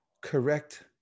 correct